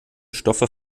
stoffe